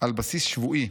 על בסיס שבועי,